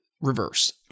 reverse